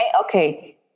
Okay